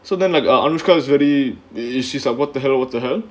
so then like uh anushka is very she is what the hell what the !huh!